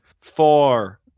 four